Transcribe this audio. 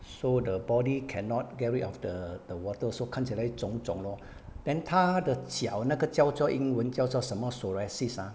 so the body cannot get rid of the the water so 看起来肿肿 lor then 她的脚那个叫做英文叫做什么 psoriasis ah